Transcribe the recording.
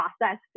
process